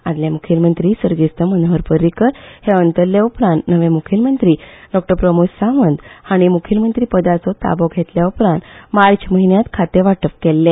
आदलें मुखेलमंत्री सर्गेस्त मानेहर पर्रीकर हे अम्तरले उपरांत नवें मुखेलमंत्री प्रमोद सावंत हांणी मुखेलमंत्री पदाचो ताबो घेतल्या उपरांत मार्च म्हयन्यात खातें वाटप केल्ले